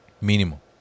Mínimo